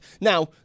Now